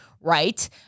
right